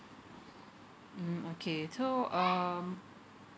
mm okay so um